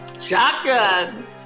Shotgun